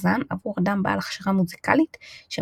זה אכן תפקידו גם היום בחלקים מהתפילה.